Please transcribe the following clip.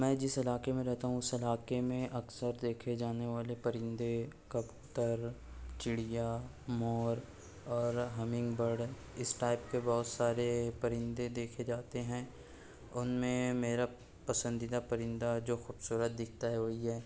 میں جس علاقے میں رہتا ہوں اس علاقے میں اکثر دیکھے جانے والے پرندے کبوتر چڑیا مور اور ہمنگ برڈ اس ٹائپ کے بہت سارے پرندے دیکھے جاتے ہیں ان میں میرا پسندیدہ پرندہ جو خوبصورت دکھتا ہے وہ یہ ہے